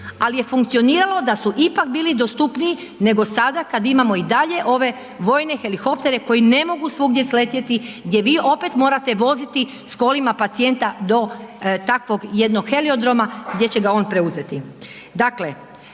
ali je funkcioniralo da su ipak bili dostupniji nego sada kada imamo i dalje ove vojne helikoptere koji ne mogu svugdje sletjeti, gdje vi opet morate voziti s kolima pacijenta do takvog jednog heliodroma gdje će ga on preuzeti.